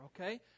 okay